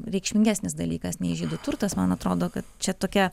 reikšmingesnis dalykas nei žydų turtas man atrodo kad čia tokia